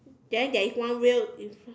then there is one wheel is